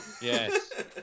Yes